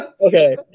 Okay